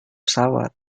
pesawat